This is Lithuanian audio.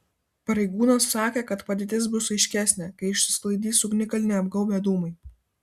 pareigūnas sakė kad padėtis bus aiškesnė kai išsisklaidys ugnikalnį apgaubę dūmai